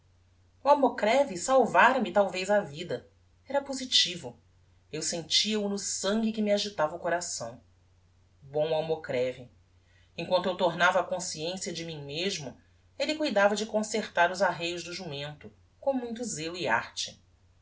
o almocreve salvara me talvez a vida era positivo eu sentia o no sangue que me agitava o coração bom almocreve emquanto eu tornava á consciencia de mim mesmo elle cuidava de concertar os arreios do jumento com muito zelo e arte